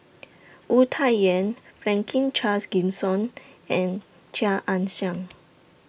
Wu Tsai Yen Franklin Charles Gimson and Chia Ann Siang